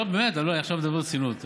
לא, באמת, אני עכשיו מדבר ברצינות.